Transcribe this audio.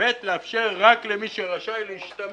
2. לאפשר רק למי שרשאי להשתמש.